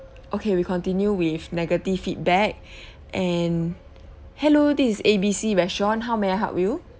okay we continue with negative feedback and hello this is A B C restaurant how may I help you